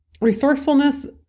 Resourcefulness